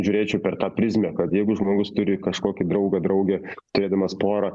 žiūrėčiau per tą prizmę kad jeigu žmogus turi kažkokį draugą draugę turėdamas porą